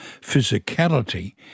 physicality